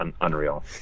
unreal